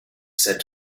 said